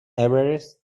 everest